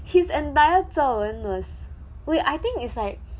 his entire 作文 wait I think is like